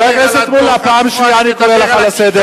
חבר הכנסת מולה, פעם שנייה אני קורא אותך לסדר.